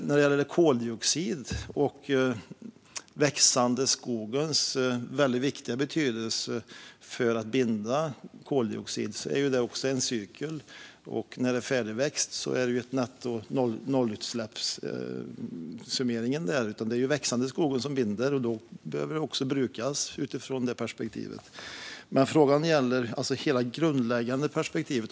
När det gäller koldioxid och den växande skogens viktiga betydelse för att binda koldioxid är det en cykel. När det är färdigväxt är det en nettonollutsläppssummering. Det är den växande skogen som binder, och då behöver det också brukas utifrån det perspektivet. Men frågan gäller alltså hela det grundläggande perspektivet.